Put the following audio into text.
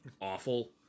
awful